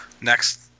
Next